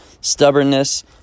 stubbornness